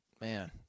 Man